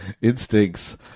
instincts